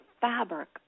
fabric